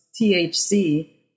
thc